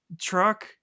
truck